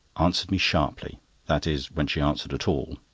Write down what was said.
answered me sharply that is, when she answered at all.